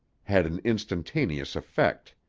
had an instantaneous effect.